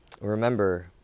Remember